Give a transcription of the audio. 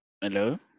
Hello